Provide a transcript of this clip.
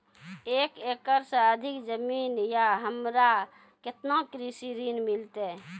एक एकरऽ से अधिक जमीन या हमरा केतना कृषि ऋण मिलते?